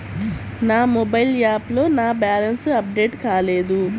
నా మొబైల్ యాప్లో నా బ్యాలెన్స్ అప్డేట్ కాలేదు